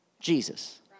Jesus